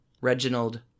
Reginald